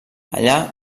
allà